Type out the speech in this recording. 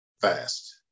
fast